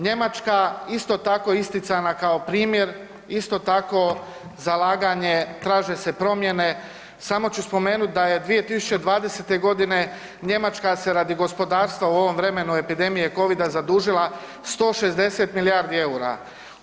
Njemačka isto tako isticana kao primjer, isto tako zalaganje traže se promjene, samo ću spomenuti da je 2020. godine Njemačka se radi gospodarstva u ovom vremenu epidemije Covida zadužila 160 milijardi EUR-a.